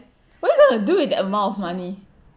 what you going to do with the amount of money